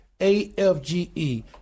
AFGE